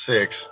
six